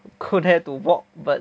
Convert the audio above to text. go there to walk but